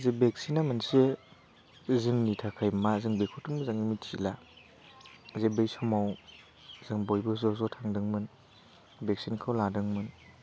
जे भेक्सिनआ मोनसे जोंनि थाखाय मा जों बेखौथ' मोजाङै मिथिला जे बै समाव जों बयबो ज' ज' थांदोंमोन भेक्सिनखौ लादोंमोन